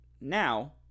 now